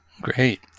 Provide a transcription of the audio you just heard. Great